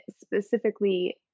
specifically